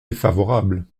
défavorable